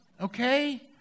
Okay